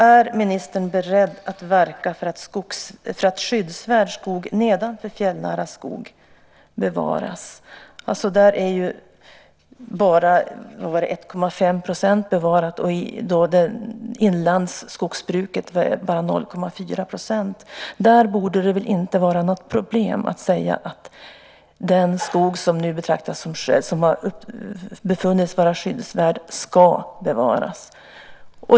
Är ministern beredd att verka för att skyddsvärd skog nedanför fjällnära skog bevaras? Där är bara 1,5 % av skogen bevarad, och i inlandsskogsbruket är det bara 0,4 %. Det borde väl inte vara något problem att säga att den skog som befunnits vara skyddsvärd ska bevaras.